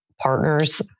partners